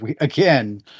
Again